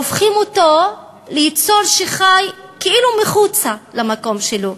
הופכים אותו ליצור שחי כאילו מחוץ למקום שלו,